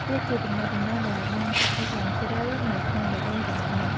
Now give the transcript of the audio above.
វាជាទំនាក់ទំនងដែលបានចាក់ឫសយ៉ាងជ្រៅនៅក្នុងបេះដូងរបស់អ្នក។